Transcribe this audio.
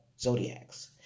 zodiacs